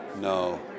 No